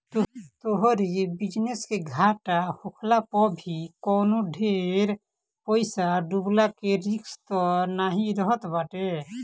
तोहरी बिजनेस के घाटा होखला पअ भी कवनो ढेर पईसा डूबला के रिस्क तअ नाइ रहत बाटे